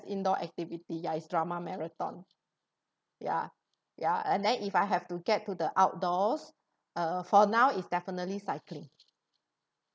indoor activity ya it's drama marathon ya ya and then if I have to get to the outdoors uh for now it's definitely cycling